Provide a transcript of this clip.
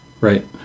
Right